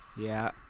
yeah.